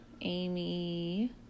Amy